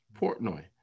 Portnoy